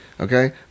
Okay